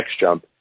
NextJump